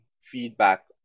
feedback